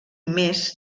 més